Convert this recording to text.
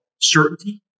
certainty